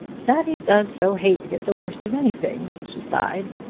daddy does so hate to get the worst of anything, she sighed